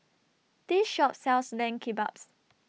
This Shop sells Lamb Kebabs